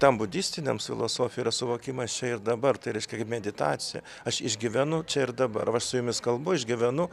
tam budistiniams filosofija yra suvokimas čia ir dabar tai reiškia kaip meditacija aš išgyvenu čia ir dabar va aš su jumis kalbu aš gyvenu